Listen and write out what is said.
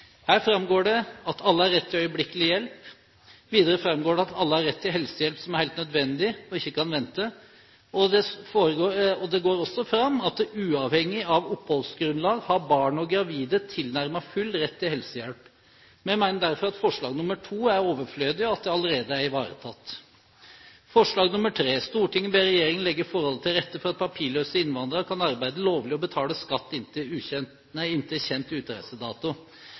Her framgår det at alle har rett til øyeblikkelig hjelp. Videre framgår det at alle har rett til helsehjelp som er helt nødvendig og ikke kan vente. Det går også fram at uavhengig av oppholdsgrunnlag har barn og gravide tilnærmet full rett til helsehjelp. Vi mener derfor at forslag nr. 2 er overflødig, og at det allerede er ivaretatt. Forslag nr. 3: «Stortinget ber regjeringen legge forholdene til rette for at papirløse innvandrere kan arbeide lovlig og betale skatt inntil